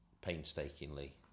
painstakingly